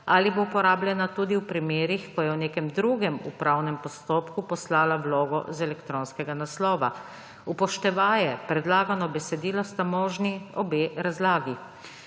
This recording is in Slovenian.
ali bo uporabljena tudi v primerih, ko je v nekem drugem upravnem postopku poslala vlogo z elektronskega naslova. Upoštevaje predlagano besedilo sta možni obe razlagi.